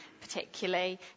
particularly